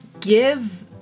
give